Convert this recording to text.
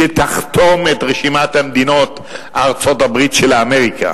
אם עד סוף 2011 תחתום את רשימת המדינות ארצות-הברית של אמריקה,